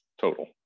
total